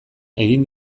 egin